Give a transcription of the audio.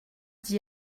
d’y